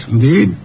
Indeed